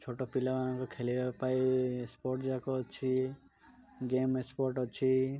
ଛୋଟ ପିଲାମାନଙ୍କ ଖେଳିବା ପାଇଁ ସ୍ପୋର୍ଟଯାକ ଅଛି ଗେମ୍ ସ୍ପଟ ଅଛି